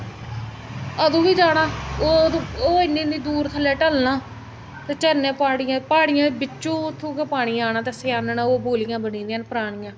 अदूं बी जाना ओह् अदूं ओह् इ'न्नी इ'न्नी दूर थ'ल्ले ढलना ते झरने प्हाड़ियें प्हाड़ियें दे बिचों उत्थें गै पानी आना ते असें ओह् आह्नना ते ओह् बोलियां बनी दियां न परानियां